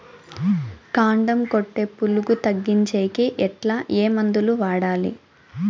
కాండం కొట్టే పులుగు తగ్గించేకి ఎట్లా? ఏ మందులు వాడాలి?